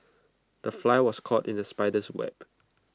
the fly was caught in the spider's web